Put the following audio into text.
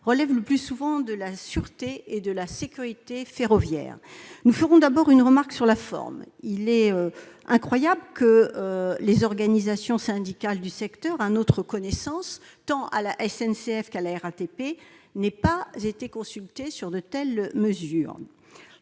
relèvent le plus souvent de la sûreté et de la sécurité ferroviaires. Nous formulerons tout d'abord une remarque sur la forme. Il est incroyable que, à notre connaissance, les organisations syndicales du secteur, tant à la SNCF qu'à la RATP, n'aient pas été consultées sur de telles mesures.